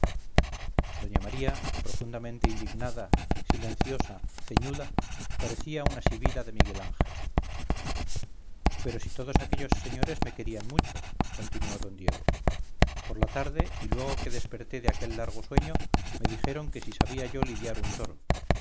doña maría profundamente indignada silenciosa ceñuda parecía una sibila de miguel ángel pero si todos aquellos señores me querían mucho continuó d diego por la tarde y luego que desperté de aquel largo sueño me dijeron que si sabía yo lidiar un toro